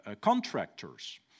contractors